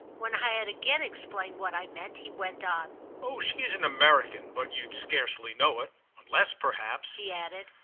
when i had again explained what i meant he went on oh she's an american, but you'd scarcely know it unless, perhaps, he added,